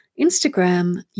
Instagram